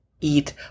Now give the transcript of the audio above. eat